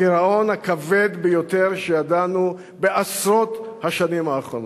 הגירעון הכבד ביותר שידענו בעשרות השנים האחרונות.